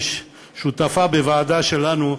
שותפה בוועדה שלנו,